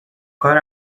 کار